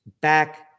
back